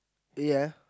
ya